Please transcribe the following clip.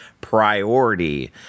priority